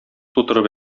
тутырып